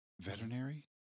Veterinary